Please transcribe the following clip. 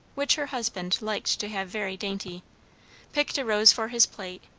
which her husband liked to have very dainty picked a rose for his plate,